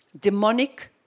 demonic